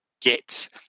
get